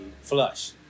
flush